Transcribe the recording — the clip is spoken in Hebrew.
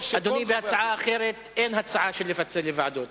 אדוני, בהצעה אחרת אין הצעה של פיצול לוועדות.